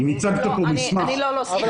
הצגת כאן מסמך שלא הגיע.